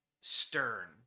stern